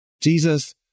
Jesus